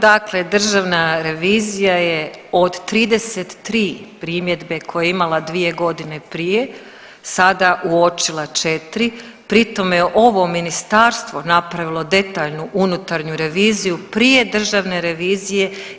Dakle, Državna revizija je od 33 primjedbe koje je imala dvije godine prije sada uočila 4. Pri tome je ovo ministarstvo napravilo detaljnu unutarnju reviziju prije Državne revizije.